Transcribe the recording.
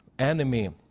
enemy